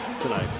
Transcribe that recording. tonight